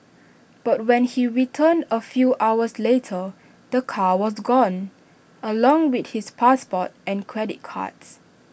but when he returned A few hours later the car was gone along with his passport and credit cards